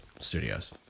Studios